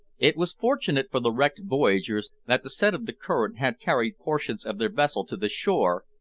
it was fortunate for the wrecked voyagers that the set of the current had carried portions of their vessel to the shore,